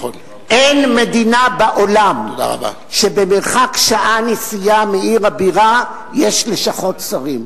אין מדינה בעולם שבמרחק שעה נסיעה מעיר הבירה שלה יש לשכות שרים.